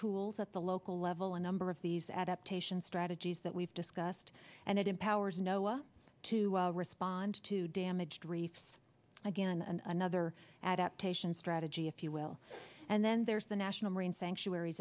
tools at the local level a number of these adaptation strategies that we've discussed and it empowers nola to respond to damaged reefs again and another adaptation strategy if you will and then there's the national marine sanctuar